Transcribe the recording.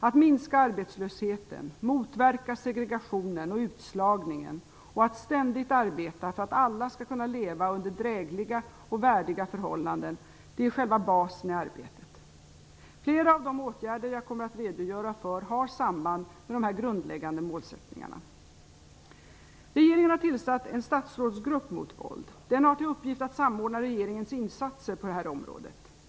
Att minska arbetslösheten, motverka segregationen och utslagningen och att ständigt arbeta för att alla skall kunna leva under drägliga och värdiga förhållanden är själva basen i arbetet. Flera av de åtgärder som jag kommer att redogöra för har samband med dessa grundläggande målsättningar. Regeringen har tillsatt en statsrådsgrupp mot våld. Den har till uppgift att samordna regeringens insatser på detta område.